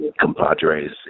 compadres